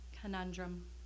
conundrum